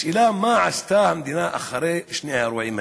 השאלה, מה עשתה המדינה אחרי שני האירועים האלה,